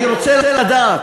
אני רוצה לדעת,